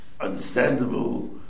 understandable